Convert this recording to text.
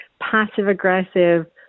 passive-aggressive